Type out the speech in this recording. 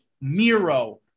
Miro